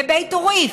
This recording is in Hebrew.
בבית עוריף,